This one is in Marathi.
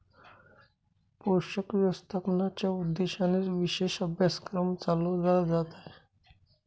पोषक व्यवस्थापनाच्या उद्देशानेच विशेष अभ्यासक्रम चालवला जात आहे